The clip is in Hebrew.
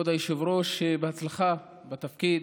כבוד היושב-ראש, בהצלחה בתפקיד.